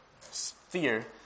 fear